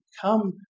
come